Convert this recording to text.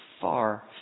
far